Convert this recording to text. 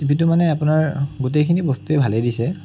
টিভিটো মানে আপোনাৰ গোটেইখিনি বস্তুৱেই ভালেই দিছে